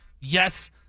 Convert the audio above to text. Yes